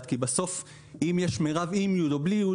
כי בסוף אם יש מירב עם י' או בלי י',